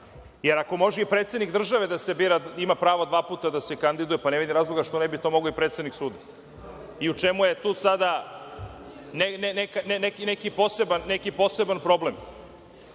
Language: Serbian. Jer, ako može i predsednik države da se bira, ima pravo dva puta da se kandiduje, ne vidim razlog što ne bi to mogao i predsednik suda. U čemu je tu sada neki poseban problem?